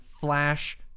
Flash